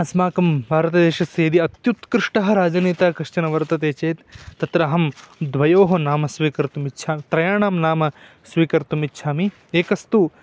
अस्माकं भारतदेशस्य यदि अत्युत्कृष्टः राजनेता कश्चनः वर्तते चेत् तत्र अहं द्वयोः नाम स्वीकर्तुमिच्छामि त्रयाणां नाम स्वीकर्तुमिच्छामि एकस्तु